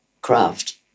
craft